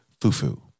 fufu